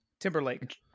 Timberlake